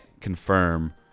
confirm